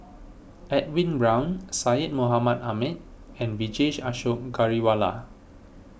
Edwin Brown Syed Mohamed Ahmed and Vijesh Ashok Ghariwala